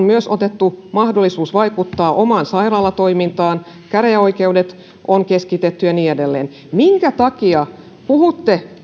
myös otettu mahdollisuus vaikuttaa omaan sairaalatoimintaansa käräjäoikeudet on keskitetty ja niin edelleen minkä takia puhutte